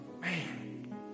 Man